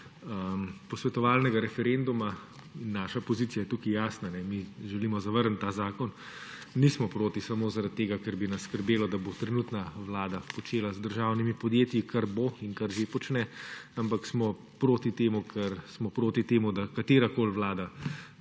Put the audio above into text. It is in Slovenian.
posvetovalnega referenduma, naša pozicija je tukaj jasna, mi želimo zavrniti ta zakon, nismo proti samo zaradi tega, ker bi nas skrbelo, da bo trenutna vlada počela z državnimi podjetji kar bo in kar že počne, ampak smo prit temu, ker smo proti